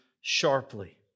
sharply